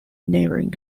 neighboring